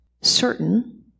certain